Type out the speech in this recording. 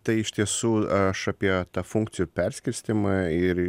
tai iš tiesų aš apie tą funkcijų perskirstymą ir